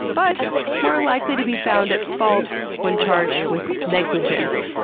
but more likely to be found at fault when charged with negligence,